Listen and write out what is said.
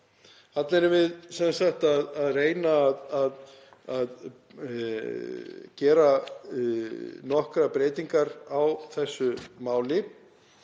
Þarna erum við sem sagt að reyna að gera nokkrar breytingar á þessu máli.